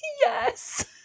Yes